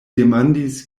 demandis